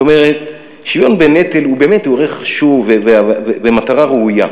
זאת אומרת, שוויון בנטל הוא ערך חשוב ומטרה ראויה,